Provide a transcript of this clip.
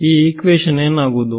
equation ಏನಾಗುವುದು